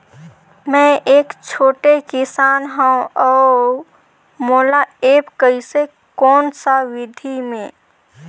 मै एक छोटे किसान हव अउ मोला एप्प कइसे कोन सा विधी मे?